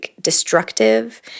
destructive